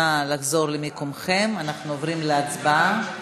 נא לחזור למקומכם, אנחנו עוברים להצבעה.